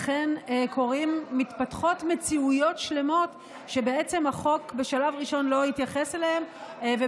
לכן מתפתחות מציאויות שלמות שהחוק לא התייחס אליהן בשלב ראשון,